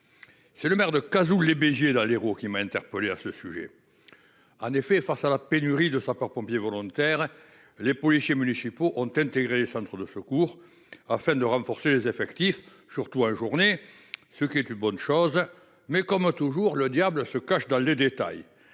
C'est le maire de Cazouls-lès-Béziers, dans l'Hérault, qui m'a interpellé à sujet. Face à la pénurie de sapeurs-pompiers volontaires, les policiers municipaux ont intégré les centres de secours afin de renforcer les effectifs, surtout en journée, ce qui est une bonne chose. Cependant, comme toujours, le diable se cache dans les détails,